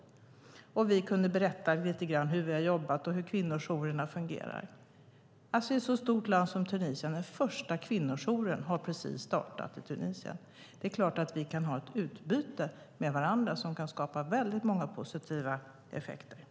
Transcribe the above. Vi kunde när vi träffades berätta lite grann om hur vi har jobbat här och hur kvinnojourerna fungerar. I ett så stort land som Tunisien har alltså den första kvinnojouren precis startat. Det är klart att vi kan ha ett utbyte med varandra som kan skapa många positiva effekter.